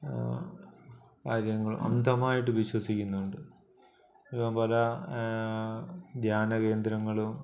കാര്യങ്ങൾ അന്ധമായിട്ട് വിശ്വസിക്കുന്നുണ്ട് പല ധ്യാനകേന്ദ്രങ്ങളും